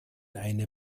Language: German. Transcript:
eine